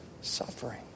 suffering